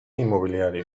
inmobiliario